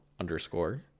underscore